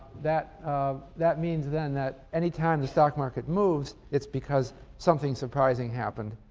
that um that means then that any time the stock market moves it's because something surprising happened.